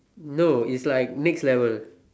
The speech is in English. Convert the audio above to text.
no it's like next level